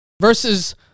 versus